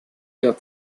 der